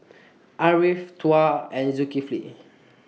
Ariff Tuah and Zulkifli